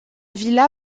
villa